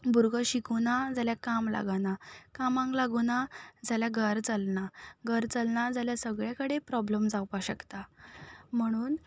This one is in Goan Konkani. भुरगो शिकुना जाल्यार काम लागना कामांक लागुना जाल्यार घर चलना घर चलना जाल्यार सगले कडेन प्रोब्लेम जावपा शकता म्हणून